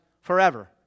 forever